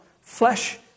flesh